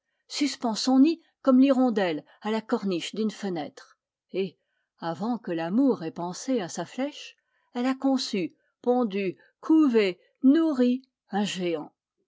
son nid comme l'hirondelle à la corniche d'une fenêtre et avant que l'amour ait pensé à sa flèche elle a conçu pondu couvé nourri un géant